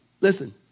Listen